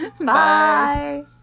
Bye